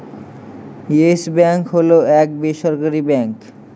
yes Bank হল এক বেসরকারি ব্যাঙ্ক